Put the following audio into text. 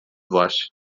var